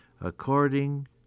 According